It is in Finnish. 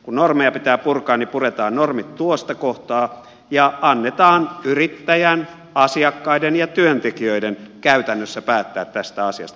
kun normeja pitää purkaa niin puretaan normit tuosta kohtaa ja annetaan yrittäjän asiakkaiden ja työntekijöiden käytännössä päättää tästä asiasta